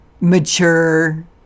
mature